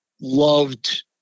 Loved